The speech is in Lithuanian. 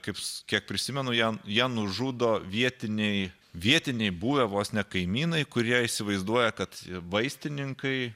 kaip kiek prisimenu ją ją nužudo vietiniai vietiniai buvę vos ne kaimynai kurie įsivaizduoja kad vaistininkai